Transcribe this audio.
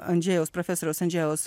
andrejaus profesoriaus andrejaus